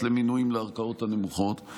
הבדל משמעותי